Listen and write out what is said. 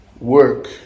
work